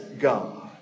God